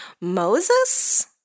moses